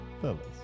fellas